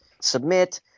Submit